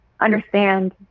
understand